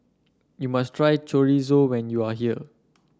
you must try Chorizo when you are here